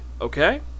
okay